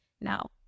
Now